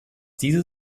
diese